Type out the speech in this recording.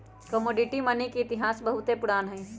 commodity money के इतिहास बहुते पुरान हइ